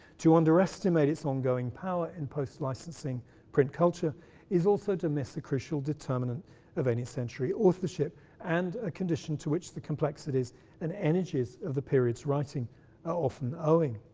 to underestimate its ongoing power in post-licensing print culture is also to miss the crucial determinant of any century authorship and a condition to which the complexities and energies of the period's writing are often owing.